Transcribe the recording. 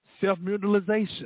self-mutilization